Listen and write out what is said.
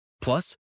Plus